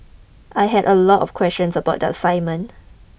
I had a lot of questions about that assignment